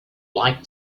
like